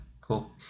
cool